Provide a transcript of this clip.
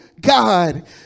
God